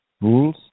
rules